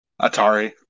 Atari